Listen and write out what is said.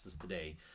today